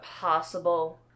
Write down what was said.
possible